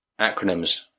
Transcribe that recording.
Acronyms